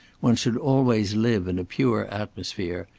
one should always live in a pure atmosphere,